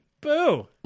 Boo